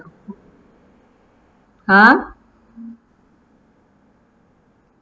!huh!